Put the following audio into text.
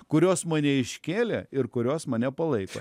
kurios mane iškėlė ir kurios mane palaiko